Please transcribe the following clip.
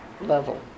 level